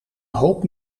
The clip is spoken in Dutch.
hoop